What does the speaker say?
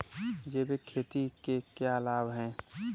जैविक खेती के क्या लाभ हैं?